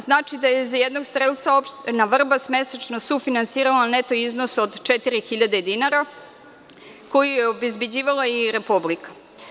Znači da je za jednog strelca Opština Vrbas mesečno sufinansirala neto iznos od 4.000 dinara, koji je obezbeđivala i Republika.